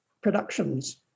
productions